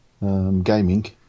gaming